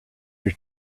your